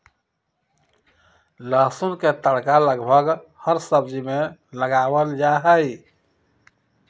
लहसुन के तड़का लगभग हर सब्जी में लगावल जाहई